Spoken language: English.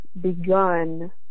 begun